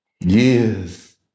Yes